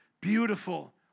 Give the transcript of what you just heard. Beautiful